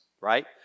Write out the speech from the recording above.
right